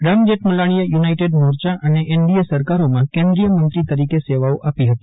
રામ જેઠમલાણીએ યુનાઇટેડ મોરયા અને એનડીએ સરકારોમાં કેન્દ્રીય મંત્રી તરીકે સેવાઓ આપી હતી